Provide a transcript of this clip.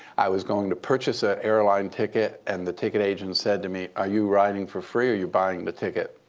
i was going to purchase an airline ticket. and the ticket agent said to me, are you riding for free, or are you buying the ticket?